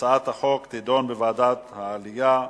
ותעבור לוועדת העלייה,